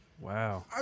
Wow